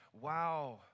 wow